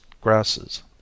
grasses